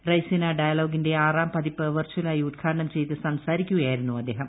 റയ്സീന ഡയലോഗിന്റെ ആറാം പതിപ്പ് വിർചലിലായി ഉദ്ഘാടനം ചെയ്ത് സംസാരിക്കുകയായിരുന്നു അദ്ദേഹം